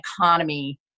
economy